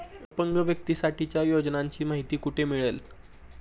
अपंग व्यक्तीसाठीच्या योजनांची माहिती कुठे मिळेल?